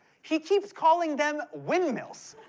he keeps calling them windmills.